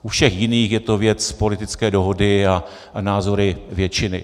U všech jiných je to věc politické dohody a názory většiny.